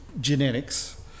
genetics